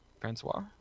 francois